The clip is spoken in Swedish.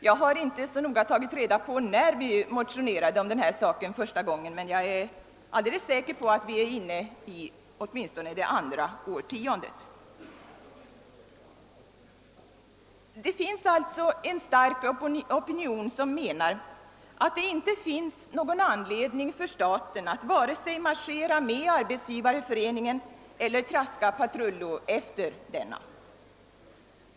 Jag har inte så noga tagit reda på när vi motionerade om denna sak första gången, men jag är alldeles säker på att vi är inne åtminstone i andra årtiondet. Det finns alltså en stark opinion som menar att det inte finns någon anledning för staten att vare sig marschera med Arbetsgivareföreningen eller traska patrullo efter denna.